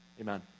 Amen